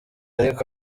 ariko